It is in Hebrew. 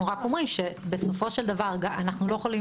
אנחנו רק אומרים שבסופו של דבר אנחנו לא יכולים